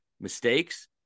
mistakes